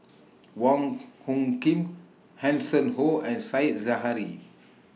Wong Hung Khim Hanson Ho and Said Zahari